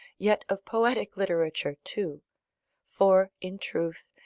yet of poetic literature too for, in truth,